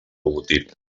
logotip